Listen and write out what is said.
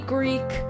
Greek